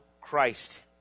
Christ